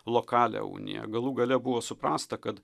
lokalią uniją galų gale buvo suprasta kad